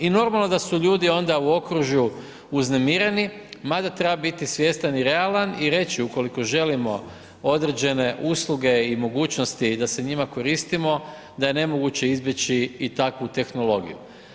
I normalno da su ljudi onda u okružju uznemireni mada treba biti svjestan i realan i reći ukoliko želimo određene usluge i mogućnosti da se njima koristimo, da je nemogući izbjeći i takvu tehnologiju.